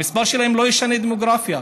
המספר שלהם לא ישנה את הדמוגרפיה,